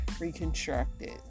reconstructed